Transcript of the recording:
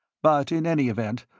but in any event,